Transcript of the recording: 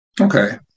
Okay